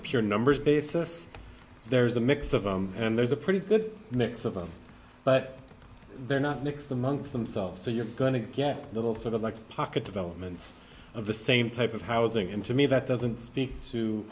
pure numbers basis there's a mix of them and there's a pretty good mix of them but they're not mixed amongst themselves so you're going to get a little sort of like pocket developments of the same type of housing and to me that doesn't speak to